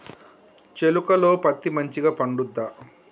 చేలుక లో పత్తి మంచిగా పండుద్దా?